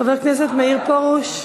חבר הכנסת מאיר פרוש,